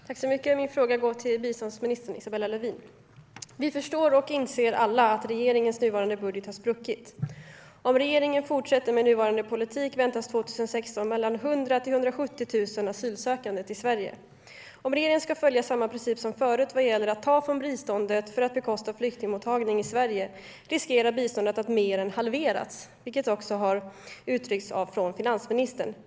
Herr talman! Min fråga går till biståndsminister Isabella Lövin. Vi alla förstår och inser att regeringens nuvarande budget har spruckit. Om regeringen fortsätter med nuvarande politik väntas år 2016 mellan 100 000 och 170 000 asylsökande till Sverige. Om regeringen ska följa samma princip som förut vad gäller att ta från biståndet för att bekosta flyktingmottagning i Sverige riskerar biståndet att mer än halveras, vilket också har uttryckts av finansministern.